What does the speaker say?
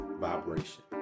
vibration